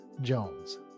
Jones